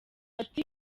ati